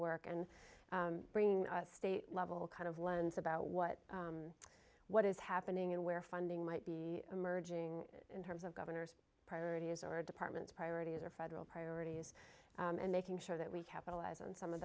work and bring state level kind of lens about what what is happening and where funding might be emerging in terms of governor's priorities or department priorities or federal priorities and making sure that we capitalize on some of